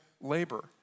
labor